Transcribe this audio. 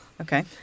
Okay